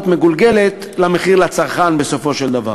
והתשואה הגבוהה הזאת על ההון מגולגלת למחיר לצרכן בסופו של דבר.